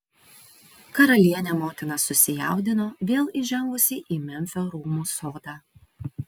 karalienė motina susijaudino vėl įžengusi į memfio rūmų sodą